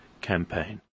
campaign